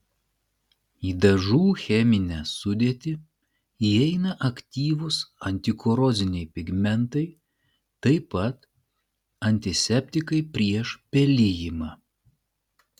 į dažų cheminę sudėtį įeina aktyvūs antikoroziniai pigmentai taip pat antiseptikai prieš pelijimą